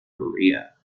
korea